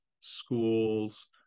schools